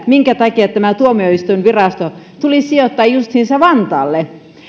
minkä takia tämä tuomioistuinvirasto tulisi sijoittaa justiinsa vantaalle